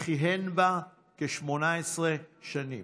וכיהן בה כ-18 שנים,